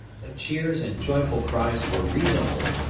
the cheers and joyful cries were redoubled.